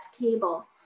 cable